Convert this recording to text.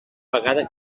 vegada